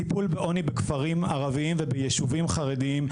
טיפול בעוני בכפרים ערבים ובישובים חרדיים.